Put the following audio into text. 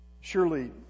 Surely